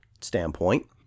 standpoint